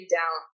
down